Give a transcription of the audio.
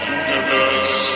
universe